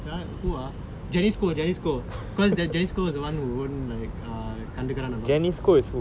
ya who are janice koh janice koh because janice koh is the [one] who own like ah கண்டுக்குறான்:kandukkuraan a lot